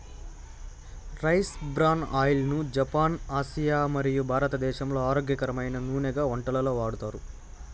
rice bran oil ను Japan, Asia మరియు భారతదేశంలో ఆరోగ్యకరమైన నూనెగా వంటలలో వాడతారు